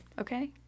okay